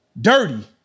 dirty